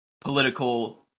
political